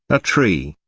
a tree,